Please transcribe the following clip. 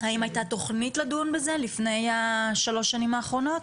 האם הייתה תכנית לדון בזה לפני שלוש השנים האחרונות?